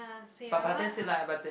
but but that's it lah but the